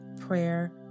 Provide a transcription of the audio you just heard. prayer